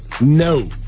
No